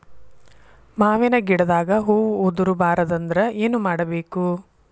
ಮಾವಿನ ಗಿಡದಾಗ ಹೂವು ಉದುರು ಬಾರದಂದ್ರ ಏನು ಮಾಡಬೇಕು?